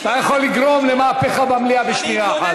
אתה יכול לגרום למהפכה במליאה בשנייה אחת.